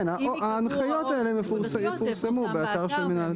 כן, ההנחיות האלה יפורסמו באתר של מינהל התכנון.